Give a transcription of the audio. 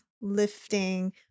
lifting